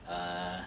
err